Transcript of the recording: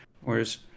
whereas